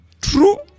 true